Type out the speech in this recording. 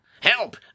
Help